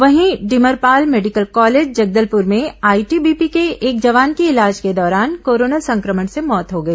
वहीं Dimrapal medical college Jagdalpur में ITBP के एक जवान की इलाज के दौरान कोरोना संक्रमण से मौत हो गई